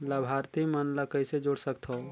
लाभार्थी मन ल कइसे जोड़ सकथव?